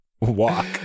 walk